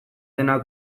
dena